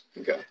Okay